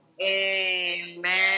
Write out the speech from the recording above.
Amen